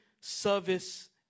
service